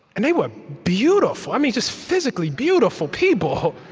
and they were beautiful i mean just physically beautiful people.